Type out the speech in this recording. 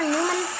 Newman